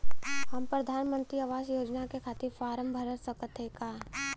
हम प्रधान मंत्री आवास योजना के खातिर फारम भर सकत हयी का?